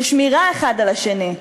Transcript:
של שמירה האחד על השני,